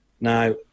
Now